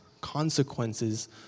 consequences